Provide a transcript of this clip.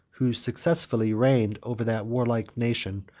who successively reigned over that warlike nation,